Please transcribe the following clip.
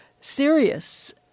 serious